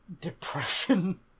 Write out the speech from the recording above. depression